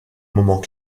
moments